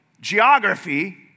geography